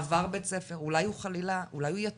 עבר בית ספר, אולי הוא חלילה יתום?